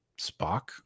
Spock